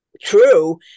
True